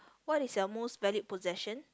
what is your most valued possession